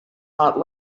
heart